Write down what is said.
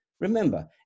Remember